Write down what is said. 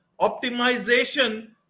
optimization